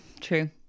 true